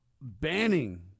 banning